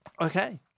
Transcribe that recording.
Okay